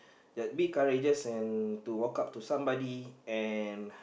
that big courageous and to walk up to somebody and